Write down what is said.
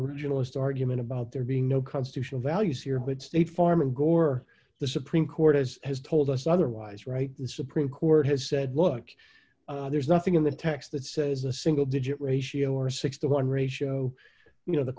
originalist argument about there being no constitutional values here but state farm and gore the supreme court has told us otherwise right the supreme court has said look there's nothing in the text that says a single digit ratio or six to one ratio you know the